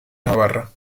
navarra